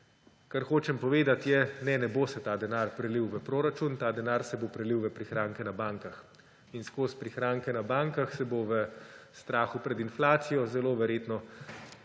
Kar hočem povedati, je, ne, ne bo se ta denar prelil v proračun, ta denar se bo prelil v prihranke na bankah. In skozi prihranke na bankah se bo v strahu pred inflacijo zelo verjetno